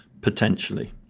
potentially